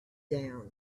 down